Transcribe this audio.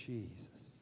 Jesus